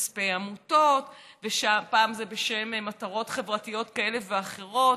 כספי עמותות ופעם זה בשם מטרות חברתיות כאלה ואחרות,